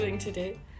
today